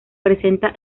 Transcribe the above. presenta